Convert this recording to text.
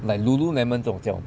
like Lululemon 这种叫